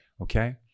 Okay